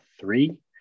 three